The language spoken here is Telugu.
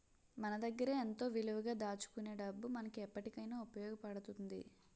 మన దగ్గరే ఎంతో విలువగా దాచుకునే డబ్బు మనకు ఎప్పటికైన ఉపయోగపడుతుంది